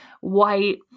white